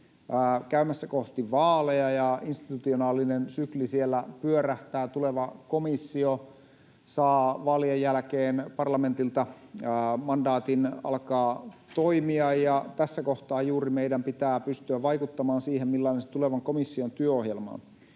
käymässä kohti vaaleja ja institutionaalinen sykli siellä pyörähtää, tuleva komissio saa vaalien jälkeen parlamentilta mandaatin alkaa toimia, ja tässä kohtaa juuri meidän pitää pystyä vaikuttamaan siihen, millainen se tulevan komission työohjelma on.